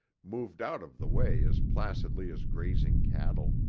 moved out of the way as placidly as grazing cattle.